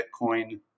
Bitcoin